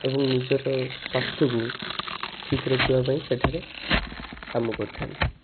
ଏବଂ ନିଜର ସ୍ୱାସ୍ଥ୍ୟକୁ ଠିକ୍ ରଖିବା ପାଇଁ ସେଠାରେ କାମ କରିଥାନ୍ତି